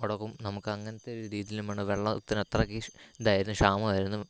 കുടവും നമുക്ക് അങ്ങനത്തെ ഒരു രീതിയിൽ മണ്ണ് വെള്ളത്തിന് അത്രയ്ക്ക് കീഷ് ഇതായിരുന്നു ക്ഷാമവുമായിരുന്നു